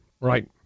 Right